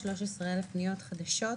13,000 פניות חדשות.